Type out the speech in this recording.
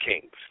kings